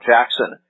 Jackson